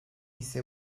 ise